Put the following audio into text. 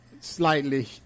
slightly